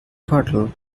puddle